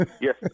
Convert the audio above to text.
yes